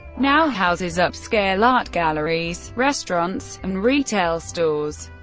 now houses upscale art galleries, restaurants, and retail stores,